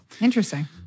Interesting